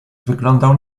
wyglądał